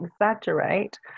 exaggerate